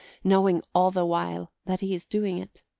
knowing all the while that he is doing it.